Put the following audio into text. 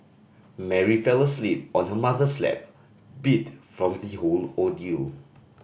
Mary fell asleep on her mother's lap beat from the whole ordeal